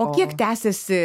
o kiek tęsiasi